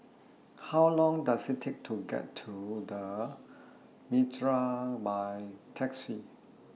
How Long Does IT Take to get to The Mitraa By Taxi